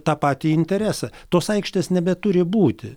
tą patį interesą tos aikštės nebeturi būti